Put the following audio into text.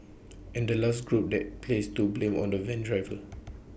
and the last group that placed to blame on the van driver